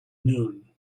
noon